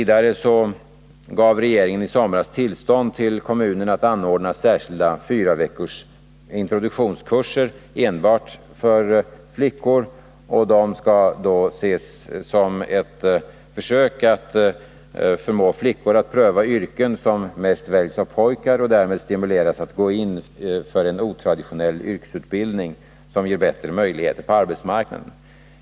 Dessutom gav regeringen i somras tillstånd till kommunerna att anordna särskilda fyraveckors introduktionskurser enbart för flickor. De skall ses som ett försök att förmå flickor att pröva yrken som mest väljs av pojkar och därmed stimulera dem att gå in för en otraditionell yrkesutbildning, som ger bättre möjlgheter på arbetsmarknaden.